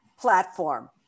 Platform